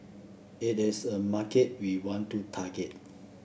it is a market we want to target